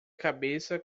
cabeça